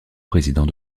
président